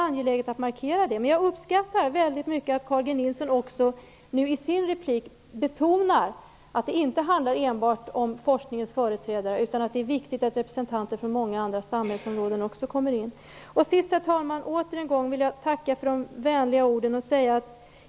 Jag uppskattar väldigt mycket att Carl G Nilsson i sin replik nu också betonar att det inte enbart handlar om forskningens företrädare utan att det är viktigt att representanter från många andra samhällsområden också kommer med. Herr talman! Till sist vill jag återigen tacka för de vänliga orden.